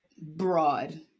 Broad